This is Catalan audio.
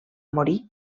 morir